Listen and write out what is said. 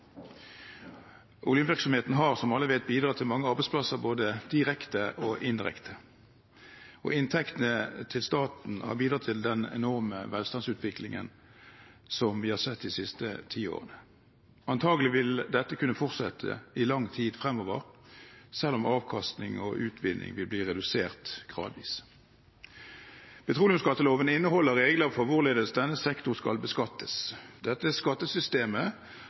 har, som alle vet, bidratt til mange arbeidsplasser, både direkte og indirekte. Inntektene til staten har bidratt til den enorme velstandsutviklingen som vi har sett de siste tiårene. Antakelig vil dette kunne fortsette i lang tid fremover, selv om avkastning og utvinning vil bli redusert gradvis. Petroleumsskatteloven inneholder regler for hvorledes denne sektor skal beskattes. Dette skattesystemet